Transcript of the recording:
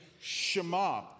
Shema